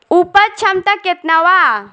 उपज क्षमता केतना वा?